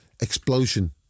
explosion